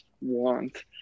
want